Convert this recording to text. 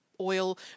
oil